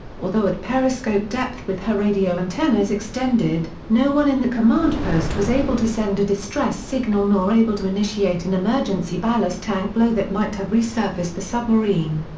although at periscope depth with her radio antennas extended, no one in the command post was able to send a distress signal nor able to initiate an emergency ballast tank blow that might have resurfaced the submarine.